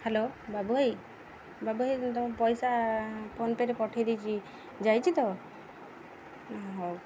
hello ବାବୁ ଭାଇ ବାବୁ ଭାଇ ତମ ପଇସା ଫୋନପେରେ ପଠେଇ ଦେଇଛି ଯାଇଛି ତ ହଁ ହଉ